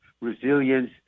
resilience